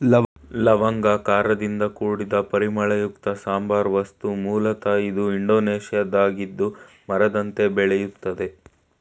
ಲವಂಗ ಖಾರದಿಂದ ಕೂಡಿದ ಪರಿಮಳಯುಕ್ತ ಸಾಂಬಾರ ವಸ್ತು ಮೂಲತ ಇದು ಇಂಡೋನೇಷ್ಯಾದ್ದಾಗಿದ್ದು ಮರದಂತೆ ಬೆಳೆಯುತ್ತದೆ